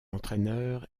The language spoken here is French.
entraîneur